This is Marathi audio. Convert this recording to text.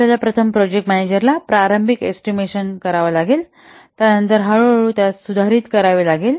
आपल्याला प्रथम प्रोजेक्ट मॅनेजरला प्रारंभिक एस्टिमेशन प्रथम करावा लागेल त्यानंतर हळूहळू त्यास सुधारित करावे लागेल